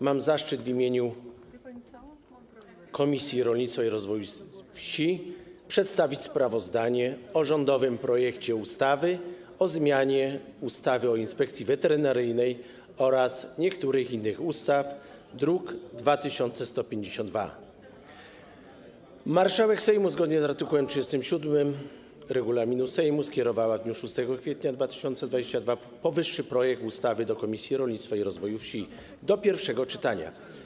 Mam zaszczyt w imieniu Komisji Rolnictwa i Rozwoju Wsi przedstawić sprawozdanie o rządowym projekcie ustawy o zmianie ustawy o Inspekcji Weterynaryjnej oraz niektórych innych ustaw, druk nr 2152. Marszałek Sejmu, zgodnie z art. 37 regulaminu Sejmu, skierowała w dniu 6 kwietnia 2022 r. powyższy projekt ustawy do Komisji Rolnictwa i Rozwoju Wsi do pierwszego czytania.